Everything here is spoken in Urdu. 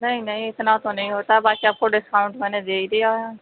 نہیں نہیں اتنا تو نہیں ہوتا باقی آپ کو ڈسکاؤنٹ میں نے دے دیا ہے